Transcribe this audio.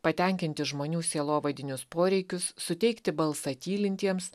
patenkinti žmonių sielovadinius poreikius suteikti balsą tylintiems